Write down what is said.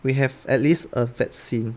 we have at least a vaccine